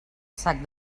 sac